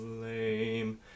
flame